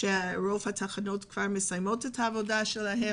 כשרוב התחנות כבר מסיימות את עבודתן,